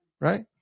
right